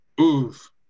Oof